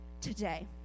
today